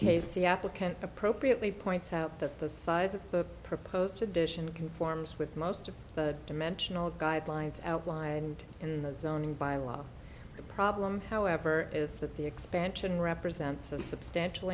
case the applicant appropriately points out that the size of the proposed addition conforms with most of the dimensional guidelines outlined in the zoning by a lot of the problem however is that the expansion represents a substantial